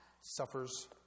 suffers